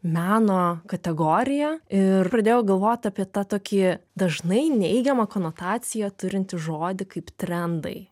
meno kategorija ir pradėjau galvot apie tą tokį dažnai neigiamą konotaciją turintį žodį kaip trendai